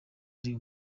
ari